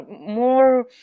more